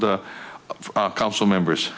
the council members